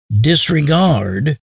disregard